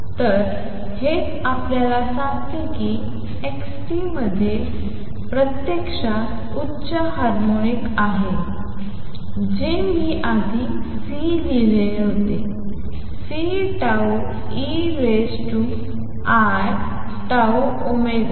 तर हेच आपल्याला सांगते की x t मध्ये प्रत्यक्षात उच्च हार्मोनिक आहे जे मी आधी C लिहिले होते C tau e raise to i tau omega